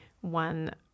one